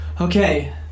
Okay